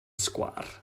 sgwâr